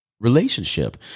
relationship